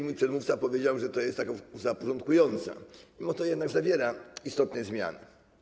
Mój przedmówca powiedział, że to jest taka ustawa porządkująca, mimo to jednak zawiera istotne zmiany.